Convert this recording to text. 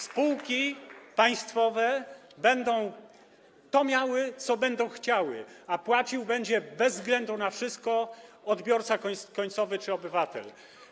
Spółki państwowe będą miały to, co będą chciały, a płacił będzie, bez względu na wszystko, odbiorca końcowy, czyli obywatel.